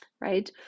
right